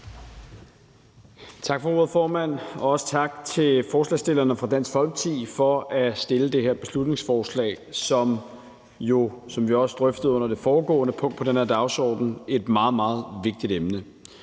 Tak for ordet, formand, og også tak til forslagsstillerne fra Dansk Folkeparti for at fremsætte det her beslutningsforslag, som jo er, som vi også drøftede under det foregående punkt på dagsordenen, om et meget, meget vigtigt emne.